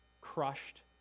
crushed